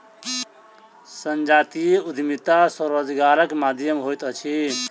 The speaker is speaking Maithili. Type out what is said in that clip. संजातीय उद्यमिता स्वरोजगारक माध्यम होइत अछि